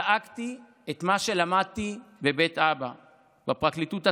זעקתי את מה שלמדתי בבית אבא בפרקליטות עצמה,